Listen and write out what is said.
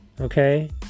okay